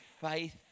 faith